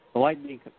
Lightning